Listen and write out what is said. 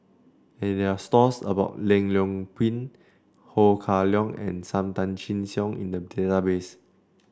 there stores about Leong Yoon Pin Ho Kah Leong and Sam Tan Chin Siong in the database